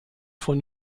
von